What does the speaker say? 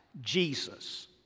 Jesus